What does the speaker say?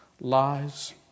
lies